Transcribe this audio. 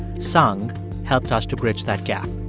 seung helped us to bridge that gap